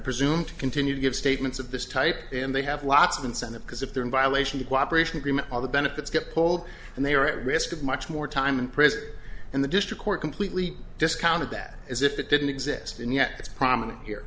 presume to continue to give statements of this type and they have lots of incentive because if they're in violation of cooperation agreement all the benefits get pulled and they are at risk of much more time in prison and the district court can we discounted that as if it didn't exist and yet that's prominent here